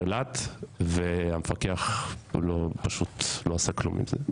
רק המפקח לא עשה כלום עם זה.